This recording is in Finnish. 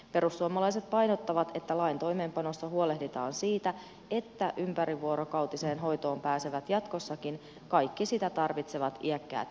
perussuomalaiset painottavat että lain toimeenpanossa huolehditaan siitä että ympärivuorokautiseen hoitoon pääsevät jatkossakin kaikki sitä tarvitsevat iäkkäät henkilöt